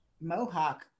Mohawk